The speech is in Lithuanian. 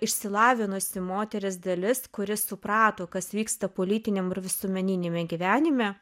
išsilavinusi moteris dalis kuri suprato kas vyksta politiniam visuomeniniame gyvenime